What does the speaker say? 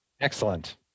Excellent